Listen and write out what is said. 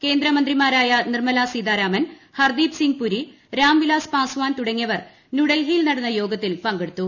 കേന്ദ്രമന്ത്രിമാരായ നിർമുല് സീതാരാമൻ ഹർദീപ് സിംഗ് പുരി രാംവിലാസ് പാസ്വാൻ പ്രിുടങ്ങിയവർ ന്യൂഡൽഹിയിൽ നടന്ന യോഗത്തിൽ പങ്കെടുത്തു